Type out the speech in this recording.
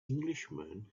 englishman